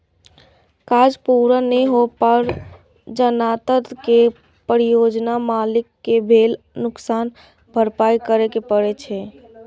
काज पूरा नै होइ पर जमानतदार कें परियोजना मालिक कें भेल नुकसानक भरपाइ करय पड़ै छै